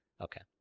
okay